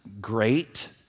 great